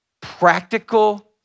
Practical